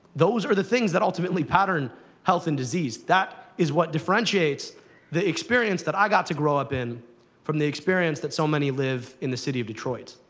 those are the things that ultimately pattern health and disease. that is what differentiates the experience that i got to grow up in from the experience that so many live in the city of detroit.